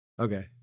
Okay